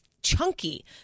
chunky